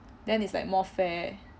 then is like more fair